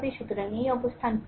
সুতরাং এই অবস্থান 4